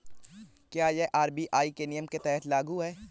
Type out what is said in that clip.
क्या यह आर.बी.आई के नियम के तहत लागू है?